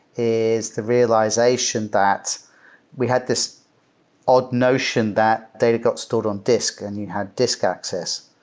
is the realization that we had this odd notion that data got stored on disk and had disk access.